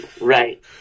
Right